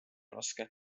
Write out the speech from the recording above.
raske